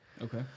Okay